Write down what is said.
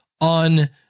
on